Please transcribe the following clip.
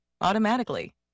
automatically